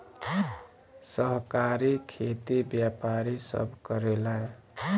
सहकारी खेती व्यापारी सब करेला